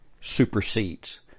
supersedes